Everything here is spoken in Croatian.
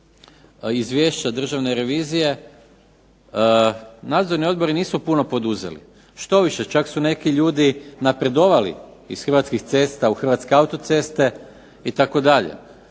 izvješća Državne revizije nadzorni odbori nisu puno poduzeli. Štoviše, čak su neki ljudi napredovali iz Hrvatskih cesta u Hrvatske autoceste itd.